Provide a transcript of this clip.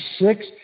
six